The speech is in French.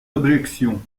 objections